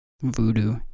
voodoo